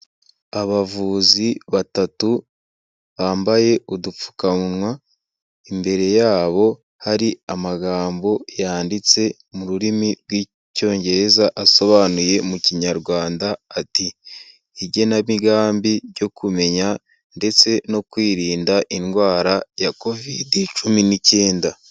Abavuzi batatu bambaye udupfukamunwa, imbere yabo hari amagambo yanditse mu rurimi rw'icyongereza asobanuye mu kinyarwanda ati: "igenamigambi ryo kumenya ndetse no kwirinda indwara ya covid cumi n'icyenda".